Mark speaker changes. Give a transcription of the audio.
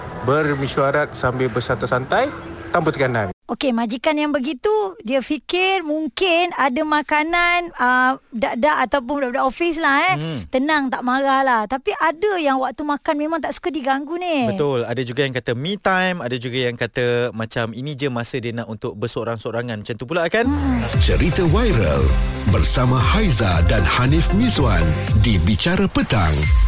Speaker 1: bermisyuarat sambil bersantai-santai, tanpa tekanan.
Speaker 2: Okey, majikan yang begitu, dia fikir mungkin ada makanan, uh, dak-dak ataupun budak-budak ofis lah, eh.
Speaker 3: Hmm.
Speaker 2: Tenang, tak marah lah. Tapi ada yang waktu makan memang tak suka diganggu ni.
Speaker 3: Betul. Ada juga yang kata me time, ada juga yang kata macam ini je masa dia nak untuk bersorang-sorangan. Macam tu pula, kan?
Speaker 2: Hmm.
Speaker 4: Cerita viral bersama Haiza dan Hanif Mizwan di Bicara Petang.